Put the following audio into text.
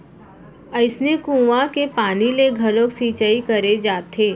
अइसने कुँआ के पानी ले घलोक सिंचई करे जाथे